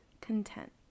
content